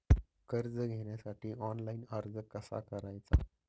कर्ज घेण्यासाठी ऑनलाइन अर्ज कसा करायचा?